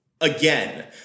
again—